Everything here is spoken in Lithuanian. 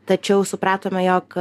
tačiau supratome jog